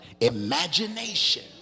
Imagination